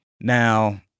Now